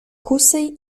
kusej